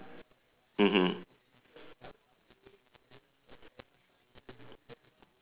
mmhmm